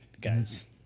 guys